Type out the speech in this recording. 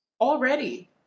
Already